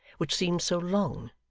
which seemed so long,